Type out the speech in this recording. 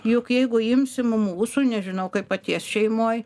juk jeigu imsim mūsų nežinau kaip paties šeimoj